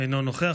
אינו נוכח.